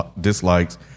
dislikes